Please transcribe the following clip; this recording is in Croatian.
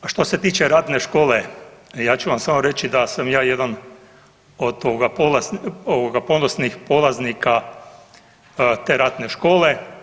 A što se tiče ratne škole, ja ću vam samo reći da sam ja jedan od ovoga ponosnih polaznika te ratne škole.